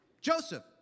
Joseph